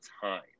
time